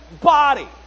body